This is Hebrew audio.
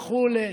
וכו'.